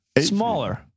smaller